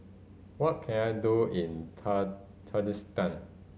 what can I do in Tajikistan